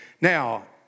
Now